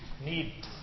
need